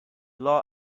law